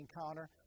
encounter